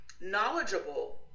knowledgeable